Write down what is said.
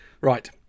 Right